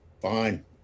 Fine